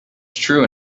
true